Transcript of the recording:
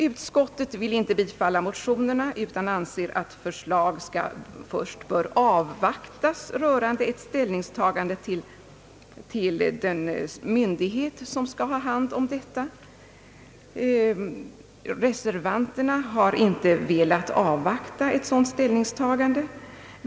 Utskottet vill inte bifalla motionerna utan anser att förslag först bör avvaktas rörande ett ställningstagande till den myndighet som har hand om dessa frågor. Reservanterna har inte velat avvakta ett sådant ställningstagande.